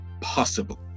Possible